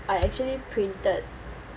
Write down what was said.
I actually printed